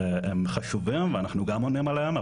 הם חשובים ואנחנו גם עונים עליהם.